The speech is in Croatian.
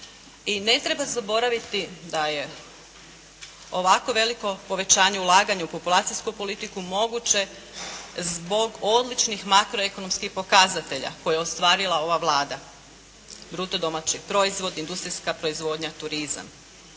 I ne treba zaboraviti da je ovako veliko povećanje ulaganju u populacijsku politiku moguće zbog odličnih makroekonomskih pokazatelja koje je ostvarila ova Vlada, bruto domaći proizvod, industrijska proizvodnja, turizam.